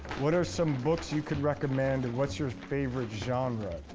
what are some books you could recommend and what's your favorite genre?